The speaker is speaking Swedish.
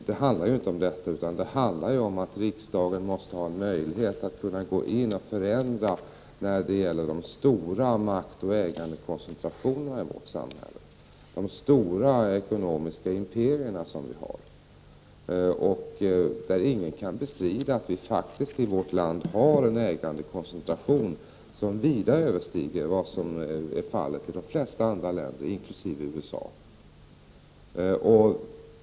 Det handlar ju inte om detta utan om att riksdagen måste ha en möjlighet att gå in och förändra när det gäller de stora maktoch ägandekoncentrationerna i vårt samhälle. Det gäller de stora ekonomiska imperierna. Ingen kan bestrida att vi i vårt land faktiskt har en ägandekoncentration som vida överstiger vad som är vanligt i de flesta andra länder inkl. USA.